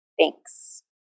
Thanks